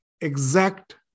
exact